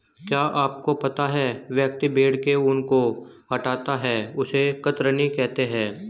क्या आपको पता है व्यक्ति भेड़ के ऊन को हटाता है उसे कतरनी कहते है?